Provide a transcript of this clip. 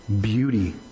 Beauty